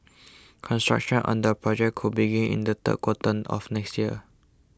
construction on the project could begin in the third quarter of next year